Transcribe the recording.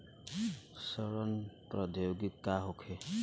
सड़न प्रधौगिकी का होखे?